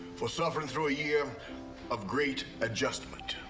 for suffering through a year of great adjustment.